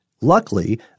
Luckily